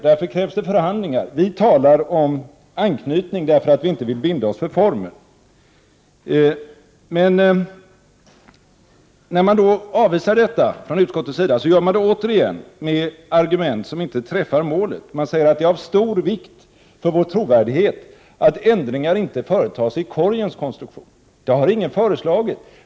Därför krävs det förhandlingar. Vi talar om anknytning därför att vi inte vill binda oss för formen. Men när man avvisar denna tanke från utskottets sida gör man det än en gång med argument som inte träffar målet. Man säger att det är av stor vikt för vår trovärdighet att ändringar inte företas i korgens konstruktion. Det har ingen föreslagit.